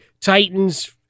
Titans